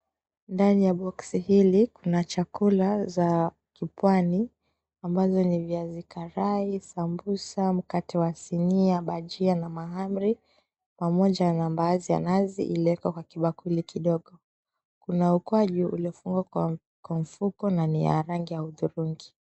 Ndani ya boxi hili kuna chakula ya kipwani ambazo ni viazi karai, sambusa, mkate wa sinia, bajia na mahamri pamoja na mbaazi ya nazi iliyowekwa kwenye kibakuli kidogo. Kuna ukwaju uliofungwa kwa mfuko na ni ya rangi ya hudhurungi.